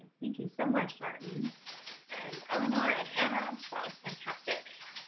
thank you so much. martin and eleanor and anna. that was fantastic.